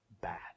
bad